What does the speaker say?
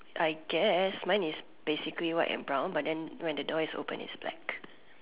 I guess mine is basically white and brown but then when the door is open it's black